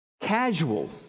casual